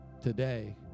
today